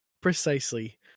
Precisely